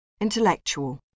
Intellectual